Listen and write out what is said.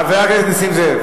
חבר הכנסת נסים זאב.